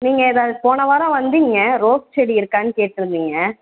நீங்கள் இந்த போனவாரம் வந்தீங்க ரோஸ் செடி இருக்கான்னு கேட்டிருந்தீங்க